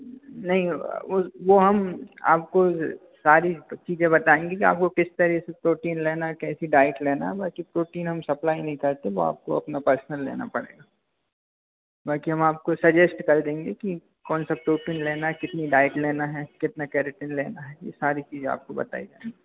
नहीं होगा वो वो हम आपको ज़ सारी चीजें बताएँगे कि आपको किस तरह से प्रोटीन लेना है कैसी डाइट लेना बाकी प्रोटीन हम सप्लाई नहीं करते वो आपको अपना पर्सनल लेना पड़ेगा बाकी हम आपको सजेस्ट कर देंगे कि कौनसा प्रोटीन लेना है कितनी डाइट लेना है कितना कैरेटिन में लेना है ये सारी चीजें आपको बताई जाएँगी